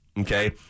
Okay